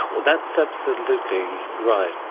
that's absolutely right.